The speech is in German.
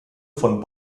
von